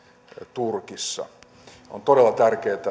turkissa on todella tärkeätä